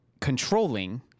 controlling